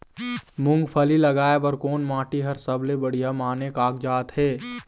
मूंगफली लगाय बर कोन माटी हर सबले बढ़िया माने कागजात हे?